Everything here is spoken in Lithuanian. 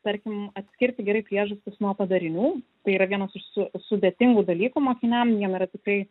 tarkim atskirti gerai priežastis nuo padarinių tai yra vienas iš su sudėtingų dalykų mokiniam jiem yra tikrai